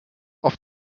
auf